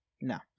No